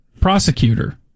prosecutor